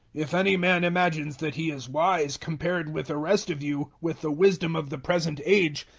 if any man imagines that he is wise, compared with the rest of you, with the wisdom of the present age,